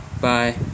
Bye